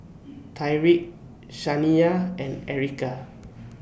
Tyrique Shaniya and Erica